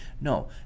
No